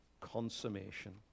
consummation